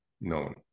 known